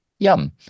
Yum